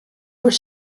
were